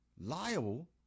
liable